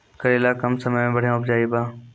करेला कम समय मे बढ़िया उपजाई बा?